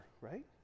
right